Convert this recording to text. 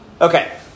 Okay